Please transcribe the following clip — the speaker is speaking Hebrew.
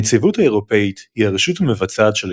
הנציבות האירופית היא הרשות המבצעת של